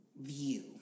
view